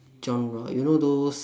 genre you know those